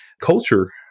culture